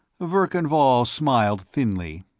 verkan vall smiled thinly.